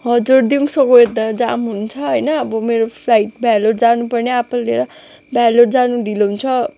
हजुर दिउँसो गयो त जाम हुन्छ होइन अब मेरो फ्लाइट भेलोर जानुपर्ने आपालाई लिएर भेलोर जानु ढिलो हुन्छ